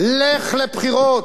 לך לבחירות.